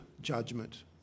judgment